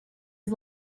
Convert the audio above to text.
his